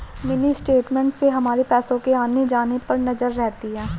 mini statement से हमारे पैसो के आने जाने पर नजर रहती है